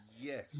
Yes